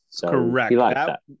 Correct